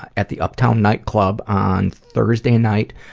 at at the uptown nightclub on thursday night,